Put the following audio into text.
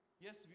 Yes